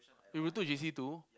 you retook J_C two